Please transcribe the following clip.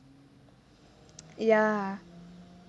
ya